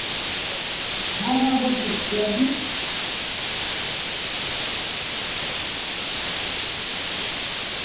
হ্যাঁ হ্যাঁ বলছি কে আপনি